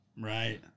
Right